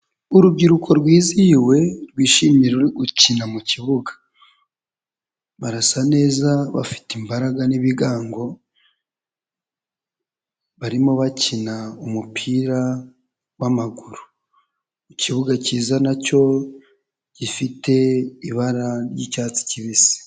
Urubyiruko rwizihiwe rwishimiye gukina mu kibuga. Barasa neza bafite imbaraga n'ibigango barimo bakina umupira w'amaguru, kibuga kiza nacyo gifite ibara ry'icyatsi kibisi.